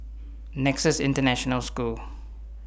Nexus International School